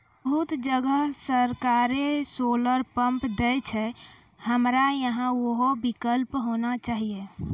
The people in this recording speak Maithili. बहुत जगह सरकारे सोलर पम्प देय छैय, हमरा यहाँ उहो विकल्प होना चाहिए?